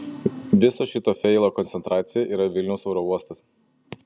viso šito feilo koncentracija yra vilniaus oro uostas